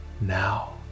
now